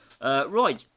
Right